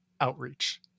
outreach